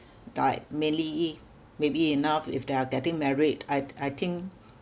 like mainly maybe enough if they are getting married I'd I think